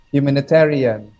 Humanitarian